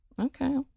Okay